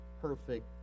perfect